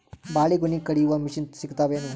ಬಾಳಿಗೊನಿ ಕಡಿಯು ಮಷಿನ್ ಸಿಗತವೇನು?